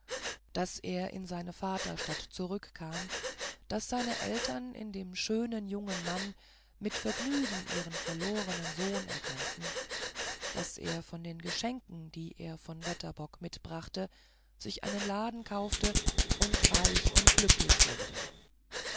daß er in seine vaterstadt zurückkam und daß seine eltern in dem schönen jungen mann mit vergnügen ihren verlorenen sohn erkannten daß er von den geschenken die er von wetterbock mitbrachte sich einen laden kaufte und reich und glücklich wurde